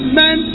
men